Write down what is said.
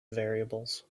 variables